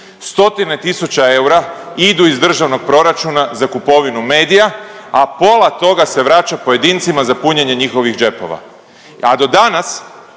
Stotine tisuća eura idu iz državnog proračuna za kupovinu medija, a pola toga se vraća pojedincima za punjenje njihovih džepova. A do danas